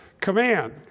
command